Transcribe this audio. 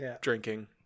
drinking